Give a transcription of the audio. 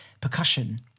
percussion